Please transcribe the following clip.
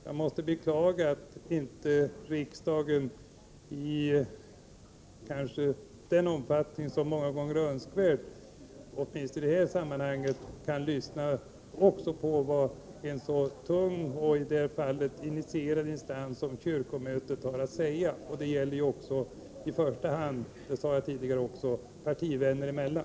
Jag måste beklaga att inte riksdagen i den omfattning som många gånger är önskvärd — åtminstone i det här sammanhanget — lyssnar på vad en så tung och initierad instans som kyrkomötet har att säga. Det gäller också och i första hand — vilket jag tidigare har sagt — partivänner emellan.